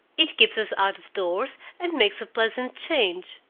it keeps us out-of-doors, and makes a pleasant change.